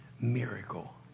Miracle